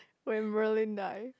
will Merlin die